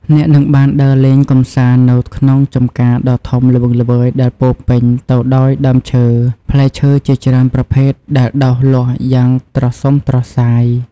អ្នកនឹងបានដើរលេងកម្សាន្តនៅក្នុងចម្ការដ៏ធំល្វឹងល្វើយដែលពោរពេញទៅដោយដើមឈើផ្លែឈើជាច្រើនប្រភេទដែលដុះលាស់យ៉ាងត្រសុំត្រសាយ។